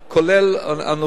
כולל אנוכי,